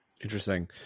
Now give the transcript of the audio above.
Interesting